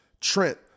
Trent